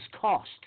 cost